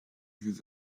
through